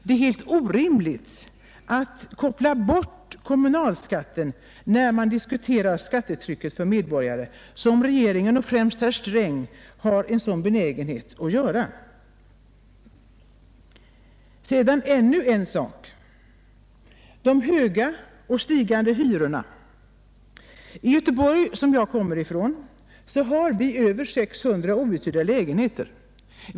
Det är helt orimligt att koppla bort kommunalskatten, när man diskuterar skattetrycket för medborgarna, som regeringen och främst herr Sträng har en sådan benägenhet att göra. Jag vill sedan ta upp en fråga som gäller de höga och stigande hyrorna. I Göteborg som jag kommer ifrån finns det över 600 outhyrda lägenheter.